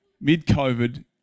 mid-COVID